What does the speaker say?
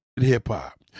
hip-hop